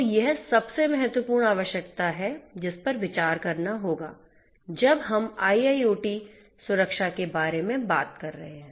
तो यह सबसे महत्वपूर्ण आवश्यकता है जिस पर विचार करना होगा जब हम IIoT सुरक्षा के बारे में बात कर रहे हैं